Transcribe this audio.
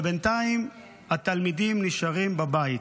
ובינתיים התלמידים נשארים בבית.